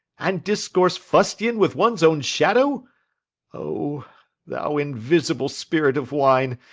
and discourse fustian with one's own shadow o thou invisible spirit of wine,